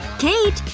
kate.